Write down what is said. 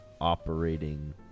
operating